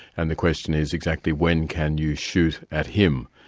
and the question is, exactly when can you shoot at him?